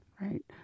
Right